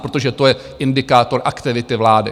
Protože to je indikátor aktivity vlády.